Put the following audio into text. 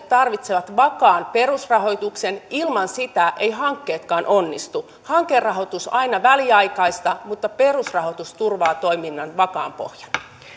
tarvitsevat vakaan perusrahoituksen ilman sitä eivät hankkeetkaan onnistu hankerahoitus on aina väliaikaista mutta perusrahoitus turvaa toiminnan vakaan pohjan